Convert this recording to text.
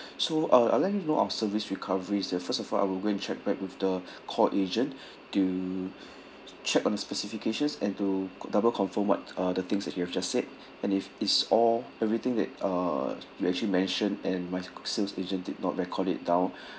so uh I'll let you know our service recovery is that first of all I will go and check back with the call agent to check on the specifications and to double confirm what are the things that you have just said and if it's all everything that uh you actually mentioned and my sales agent did not record it down